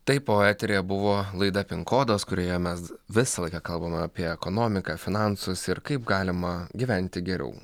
taip o eteryje buvo laida pin kodas kurioje mes visą laiką kalbame apie ekonomiką finansus ir kaip galima gyventi geriau